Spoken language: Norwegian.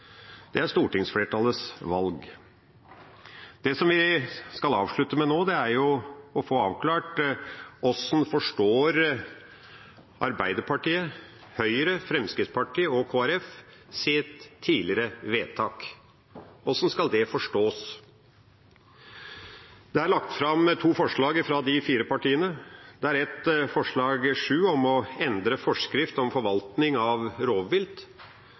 Det er stortingsflertallets valg. Det som vi skal avslutte med nå, er å få avklart: Hvordan forstår Arbeiderpartiet, Høyre, Fremskrittspartiet og Kristelig Folkeparti sitt tidligere vedtak. Hvordan skal det forstås? Det er lagt fram to forslag fra de fire partiene, bl.a. forslag nr. 7, om «å endre Forskrift om forvaltning av rovvilt».